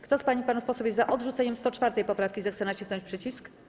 Kto z pań i panów posłów jest za odrzuceniem 104. poprawki, zechce nacisnąć przycisk.